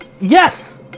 Yes